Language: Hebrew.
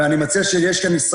אני מציע שישראל,